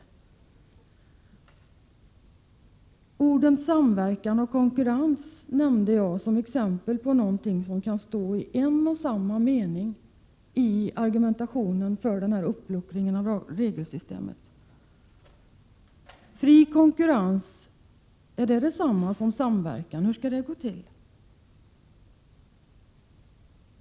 Jag nämnde orden samverkan och konkurrens som exempel på vad som kan stå i en och samma mening som argumentation för uppluckringen av regelsystemet. Innebär fri konkurrens detsamma som samverkan? Hur skall det gå till?